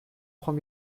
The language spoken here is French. trois